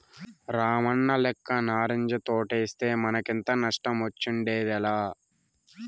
రామన్నలెక్క నారింజ తోటేస్తే మనకింత నష్టమొచ్చుండేదేలా